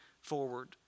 forward